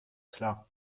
klar